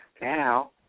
Now